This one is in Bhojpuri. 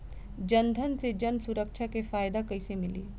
जनधन से जन सुरक्षा के फायदा कैसे मिली?